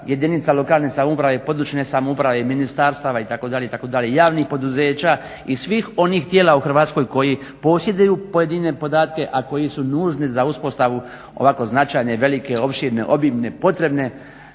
jedinica lokalne samouprave i područne samouprave, ministarstava itd., javnih poduzeća i svih onih tijela u Hrvatskoj koji posjeduju pojedine podatke, a koji su nužni za uspostavu ovako značajne, velike, opširne, obimne, potrebne